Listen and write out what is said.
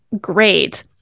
great